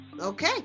Okay